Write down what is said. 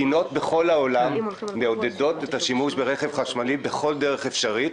מדינות בכל העולם מעודדות את השימוש ברכב חשמלי בכל דרך אפשרית.